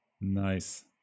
nice